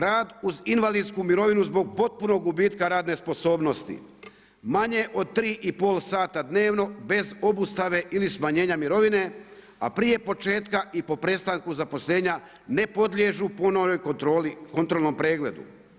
Rad uz invalidsku mirovinu zbog potpunog gubitka radne sposobnosti, manje od 3,5 sata dnevno bez obustave ili smanjenja mirovine, a prije početka i po prestanku zaposlenja ne podliježu ponovnom kontrolnom pregledu.